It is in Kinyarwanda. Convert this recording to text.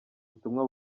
ubutumwa